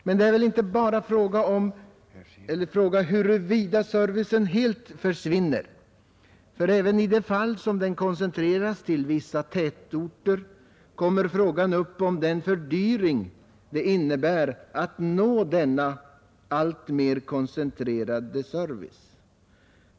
Men det är inte bara fråga om huruvida servicen helt försvinner; även i de fall då den helt koncentreras till vissa tätorter kommer frågan upp om den fördyring som det innebär att nå denna alltmer koncentrerade service.